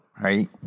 right